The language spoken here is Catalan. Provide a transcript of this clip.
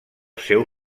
seu